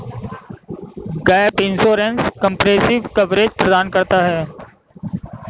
gap insurance comprehensive coverage प्रदान करता है